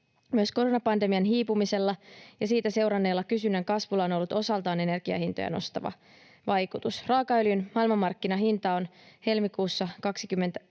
Myös koronapandemian hiipumisella ja siitä seuranneella kysynnän kasvulla on ollut osaltaan energiahintoja nostava vaikutus. Raakaöljyn maailmanmarkkinahinta on helmikuusta 21